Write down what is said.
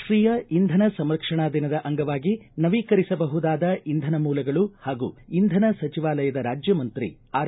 ರಾಷ್ಷೀಯ ಇಂಧನ ಸಂರಕ್ಷಣಾ ದಿನದ ಅಂಗವಾಗಿ ನವೀಕರಿಸಬಹುದಾದ ಇಂಧನ ಮೂಲಗಳು ಹಾಗೂ ಇಂಧನ ಸಚಿವಾಲಯದ ರಾಜ್ಯಮಂತ್ರಿ ಆರ್